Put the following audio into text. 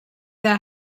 their